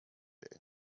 day